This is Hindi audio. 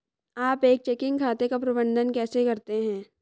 आप एक चेकिंग खाते का प्रबंधन कैसे करते हैं?